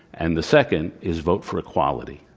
and the second is, vote for equality,